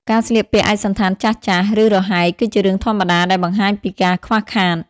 ការស្លៀកពាក់ឯកសណ្ឋានចាស់ៗ ឬរហែក គឺជារឿងធម្មតា ដែលបង្ហាញពីការខ្វះខាត។